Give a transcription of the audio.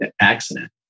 accident